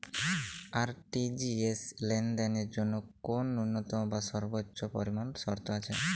RTGS লেনদেনের জন্য কোন ন্যূনতম বা সর্বোচ্চ পরিমাণ শর্ত আছে?